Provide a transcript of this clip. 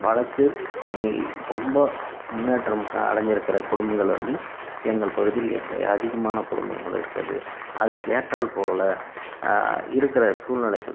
வளத்து நீ ரொம்ப முன்னேற்றம் அடைஞ்சிருக்கிற குடும்பங்கள் வந்து எங்கள் பகுதியில் அதிகமான குடும்பங்கள் இருக்கிறது அதுக்கு ஏற்றார்ப்போல இருக்கிற சூழ்நிலைகள்